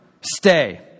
stay